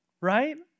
right